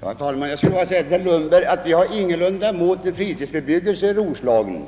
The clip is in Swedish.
Herr talman! Jag vill tala om för herr Lundberg att vi ingalunda har något emot fritidsbebyggelse i Roslagen.